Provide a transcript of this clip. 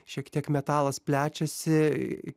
šiek tiek metalas plečiasi